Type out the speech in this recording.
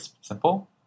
simple